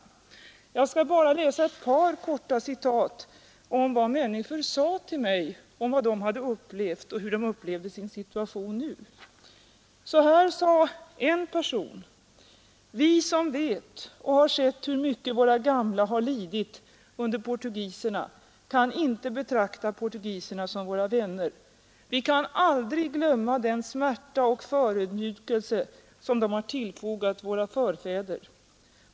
Jag skall bara läsa ett par korta citat av vad människor sade till mig om det de hade upplevt och hur de upplevde sin situation nu, Så här sade en person: ”Vi som vet och har sett hur mycket våra gamla lidit under portugiserna kan inte betrakta portugiserna som våra vänner. Vi kan aldrig glömma den smärta och förödmjukelse de tillfogat våra förfäder.